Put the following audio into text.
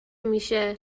میشه